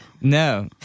No